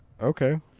Okay